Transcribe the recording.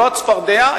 לא הצפרדע,